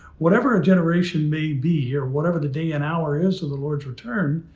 whatever a generation, may be here, whatever the day an hour is of the lord's return.